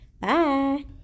Bye